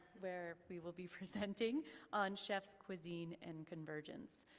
where we will be presenting on chef's cuisine and convergence.